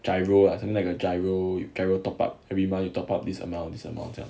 giro lah like 那个 giro giro top up every month you top up this amount this amount